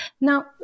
Now